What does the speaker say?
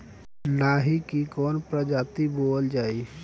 लाही की कवन प्रजाति बोअल जाई?